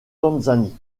tanzanie